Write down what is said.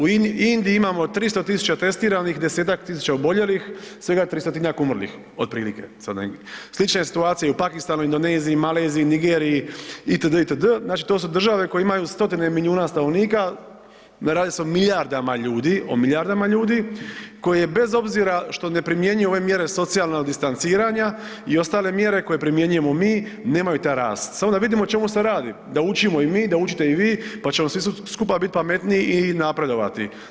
U Indiji imamo 300.000 testiranih, 10-tak tisuća oboljelih, svega 300-tinjak umrlih otprilike, slična situacija je i u Pakistanu, Indoneziji, Maleziji, Nigeriji itd., itd., znači to su države koje imaju 100-tine milijuna stanovnika, radi se o milijardama ljudi, o milijardama ljudi koje bez obzira što ne primjenjuju ove mjere socijalnog distanciranja i ostale mjere koje primjenjujemo mi, nemaju taj rast, samo da vidimo o čemu se radi, da učimo i mi, da učite i vi pa ćemo svi skupa biti pametniji i napredovati.